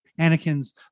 Anakin's